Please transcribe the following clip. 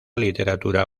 literatura